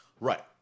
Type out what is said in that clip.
Right